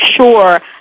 sure